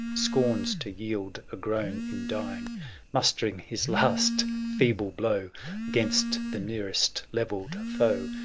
scorns to yield a groan in dying mustering his last feeble blow gainst the nearest levelled foe,